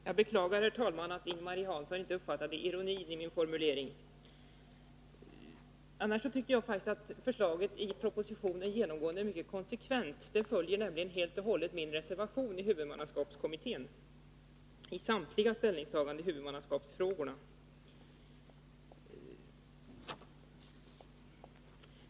Herr talman! Jag beklagar att Ing-Marie Hansson inte uppfattade ironin i min formulering. Annars tycker jag faktiskt att förslaget i propositionen genomgående är mycket konsekvent. Det följer helt min reservation vid huvudmannaskapskommitténs betänkande i samtliga ställningstaganden avseende huvudmannaskapsfrågorna.